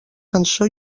cançó